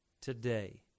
Today